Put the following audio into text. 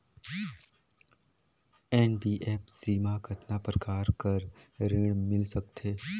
NBFC मा कतना प्रकार कर ऋण मिल सकथे?